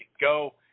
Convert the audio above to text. go